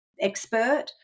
expert